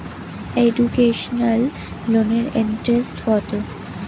Educational লোনের interest কত?